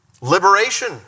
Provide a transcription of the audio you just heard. liberation